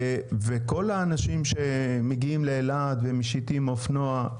וכל האנשים שמגיעים לאילת ומשיטים אופנוע,